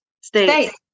states